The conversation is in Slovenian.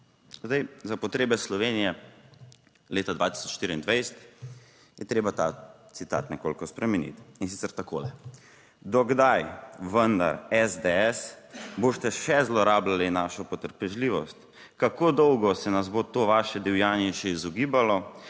Zdaj, za potrebe Slovenije leta 2024, je treba ta citat nekoliko spremeniti, in sicer takole: "Do kdaj vendar SDS boste še zlorabljali našo potrpežljivost, kako dolgo se nas bo to vaše divjanje še izogibalo,